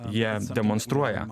jie demonstruoja